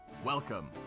Welcome